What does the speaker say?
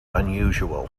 unusual